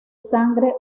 sangre